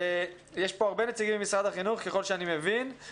יש פה הרבה נציגים ממשרד החינוך, ככל שאני מבין.